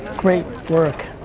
great work.